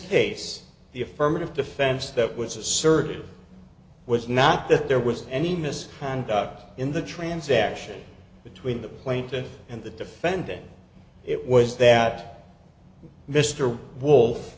case the affirmative defense that was asserted was not that there was any misconduct in the transaction between the plaintiff and the defendant it was that mr wo